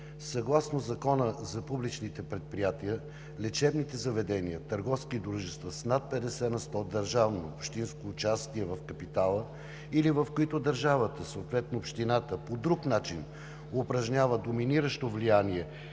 съгласно Закона за публичните предприятия, лечебните заведения, търговски дружества, с над 50 на сто държавно и общинско участие в капитала или в които държавата, съответно общината, по друг начин упражнява доминиращо влияние